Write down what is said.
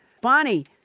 Bonnie